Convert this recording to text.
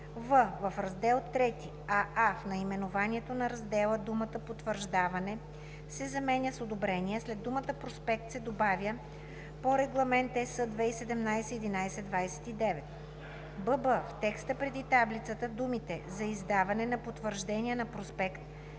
в) в раздел III: аа) в наименованието на раздела думата „потвърждаване“ се заменя с „одобрение“, а след думата „проспект“ се добавя „по Регламент (ЕС) 2017/1129“; бб) в текста преди таблицата думите „За издаване на потвърждения на проспект